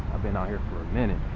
i've been out here for a minute.